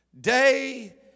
day